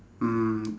mm